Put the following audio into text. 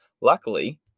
Luckily